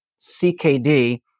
CKD